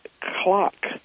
clock